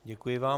Děkuji vám.